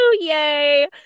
yay